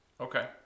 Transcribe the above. Okay